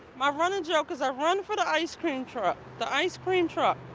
my running joke is i run for the ice cream truck. the ice cream truck!